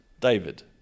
David